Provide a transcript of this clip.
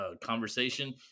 conversation